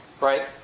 right